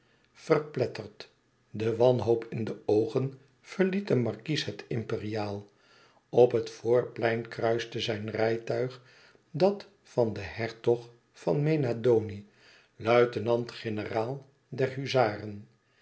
verpletterd de wanhoop in de oogen verliet de markies het imperiaal op het voorplein kruiste zijn rijtuig dat van den hertog van mena doni luitenant-generaal der huzaren